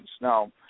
now